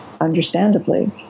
understandably